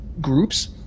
groups